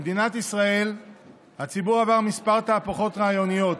במדינת ישראל הציבור עבר כמה תהפוכות רעיוניות,